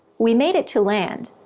we made it to land,